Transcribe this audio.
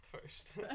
first